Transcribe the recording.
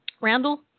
Randall